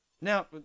Now